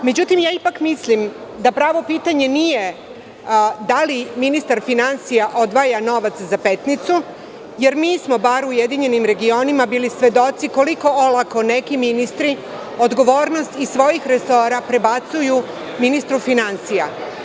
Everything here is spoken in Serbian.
Međutim, ja ipak mislim da pravo pitanje nije – da li ministar finansija odvaja novac za Petnicu, jer mi smo, bar u URS, bili svedoci koliko olako neki ministri odgovornost iz svojih resora prebacuju ministru finansija.